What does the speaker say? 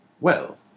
Well